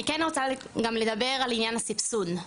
אני כן רוצה גם לדבר על עניין הסבסוד,